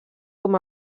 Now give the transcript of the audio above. com